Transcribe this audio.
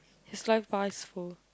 his life bar is full